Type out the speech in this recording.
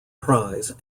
prize